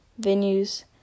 venues